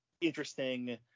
interesting